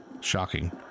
Shocking